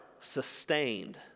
sustained